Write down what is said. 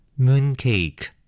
Mooncake